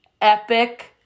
epic